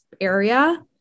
area